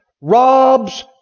robs